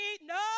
no